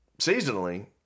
seasonally